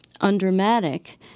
undramatic